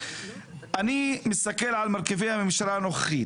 אני מסתכל על מרכיבי הממשלה הנוכחית,